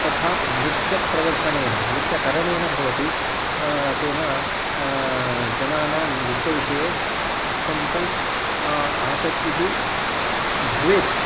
तथा नृत्यप्रदर्शनेन नृत्यकरणेन भवति तेन जनानां नृत्यविषये अत्यन्तम् आसक्तिः भवेत्